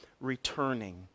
returning